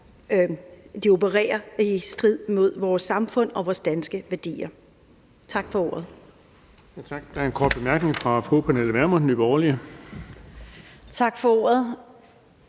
de opererer i strid med vores samfund og vores danske værdier. Tak for ordet.